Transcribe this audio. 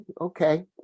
okay